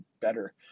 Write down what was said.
better